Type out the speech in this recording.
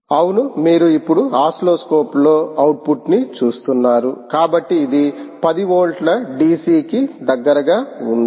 అవును మీరు ఇప్పుడు ఆసిల్లోస్కోప్లో అవుట్పుట్ ని చూస్తున్నారు కాబట్టి ఇది 10 వోల్ట్ల DC కి దగ్గరగా ఉంది